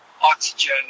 oxygen